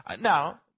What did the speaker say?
Now